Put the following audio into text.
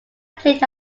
played